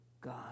God